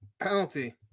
penalty